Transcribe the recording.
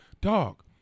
dog